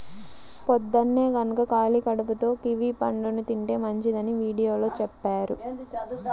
పొద్దన్నే గనక ఖాళీ కడుపుతో కివీ పండుని తింటే మంచిదని వీడియోలో చెప్పారు